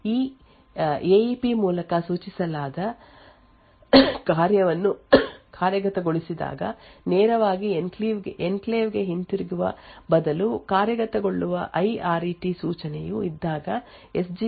ಈ A E P ಮೂಲಕ ಸೂಚಿಸಲಾದ ಕಾರ್ಯವನ್ನು ಕಾರ್ಯಗತಗೊಳಿಸಿದಾಗ ನೇರವಾಗಿ ಎನ್ಕ್ಲೇವ್ ಗೆ ಹಿಂತಿರುಗುವ ಬದಲು ಕಾರ್ಯಗತಗೊಳ್ಳುವ ಐ ಆರ್ ಇ ಟಿ ಸೂಚನೆಯು ಇದ್ದಾಗ ಸ್ ಜಿ ಎಕ್ಸ್ ನೊಂದಿಗೆ ವಿಷಯಗಳು ಸ್ವಲ್ಪ ಭಿನ್ನವಾಗಿರುತ್ತವೆ